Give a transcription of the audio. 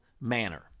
manner